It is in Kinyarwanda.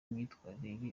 imyitwarire